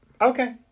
Okay